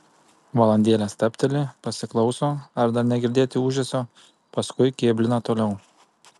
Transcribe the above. valandėlę stabteli pasiklauso ar dar negirdėti ūžesio paskui kėblina toliau